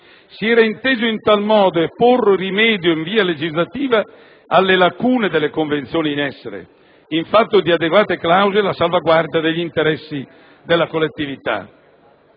Si era inteso in tal modo porre rimedio in via legislativa alle lacune delle convenzioni in essere in fatto di adeguate clausole a salvaguardia degli interessi della collettività.